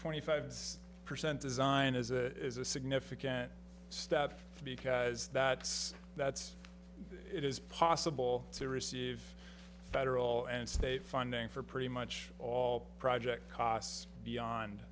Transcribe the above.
twenty five percent design is a significant step because that that's it is possible to receive federal and state funding for pretty much all project costs beyond